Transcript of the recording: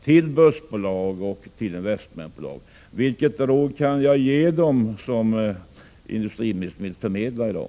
till börsbolag och investmentbolag? Vilket råd kan jag ge dem från industriministern i dag?